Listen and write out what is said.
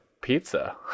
pizza